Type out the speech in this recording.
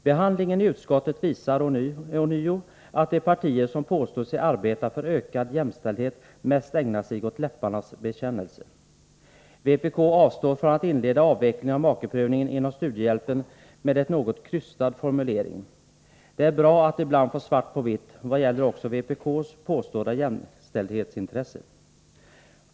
Behandlingen i utskottet visar ånyo att de partier som påstår sig arbeta för ökad jämställdhet mest ägnar sig åt läpparnas bekännelse. Vpk avstår från att inleda avvecklingen av makeprövningen inom studiehjälpen, med en något krystad formulering — det är bra att ibland få svart på vitt vad gäller också vpk:s påstådda jämställdhetsintresse.